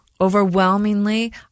Overwhelmingly